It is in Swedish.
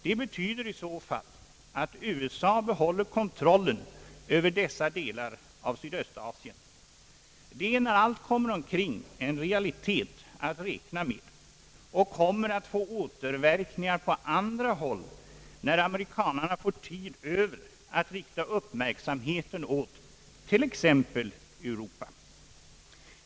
Det betyder i så fall att USA behåller kontrollen över dessa delar av Sydöstasien, Det är när allt kommer omkring en realitet att räkna med och kommer att få återverkningar på andra håll, när amerikanerna får tid över att rikta uppmärksamheten åt t.ex. Europa.